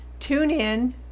TuneIn